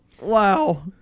wow